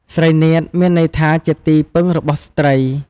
ស្រីនាថ មានន័យថាជាទីពឹងរបស់ស្រ្តី។